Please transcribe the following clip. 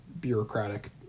bureaucratic